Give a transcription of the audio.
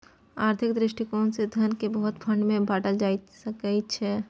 आर्थिक दृष्टिकोण से धन केँ बहुते फंड मे बाटल जा सकइ छै